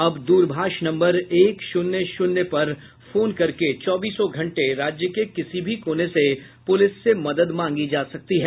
अब दूरभाष नम्बर एक शून्य शून्य पर फोन करके चौबीसों घंटे राज्य के किसी भी कोने से पुलिस से मदद मांगी जा सकती है